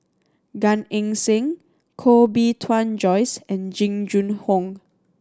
Gan Eng Seng Koh Bee Tuan Joyce and Jing Jun Hong